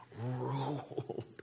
ruled